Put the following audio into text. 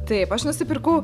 taip aš nusipirkau